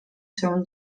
się